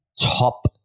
top